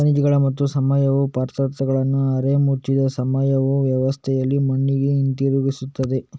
ಖನಿಜಗಳು ಮತ್ತು ಸಾವಯವ ಪದಾರ್ಥಗಳನ್ನು ಅರೆ ಮುಚ್ಚಿದ ಸಾವಯವ ವ್ಯವಸ್ಥೆಯಲ್ಲಿ ಮಣ್ಣಿಗೆ ಹಿಂತಿರುಗಿಸುತ್ತದೆ